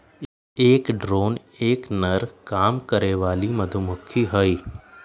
एक ड्रोन एक नर काम करे वाली मधुमक्खी हई